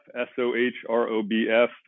S-O-H-R-O-B-F